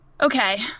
Okay